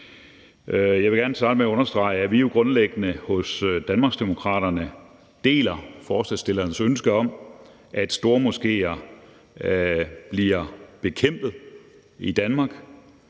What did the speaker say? Jeg vil gerne starte med at understrege, at vi jo grundlæggende hos Danmarksdemokraterne deler forslagsstillernes ønske om, at stormoskéer bliver bekæmpet i Danmark,